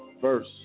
verse